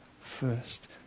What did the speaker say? first